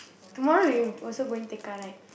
tomorrow you also going take car right